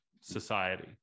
society